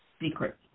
secret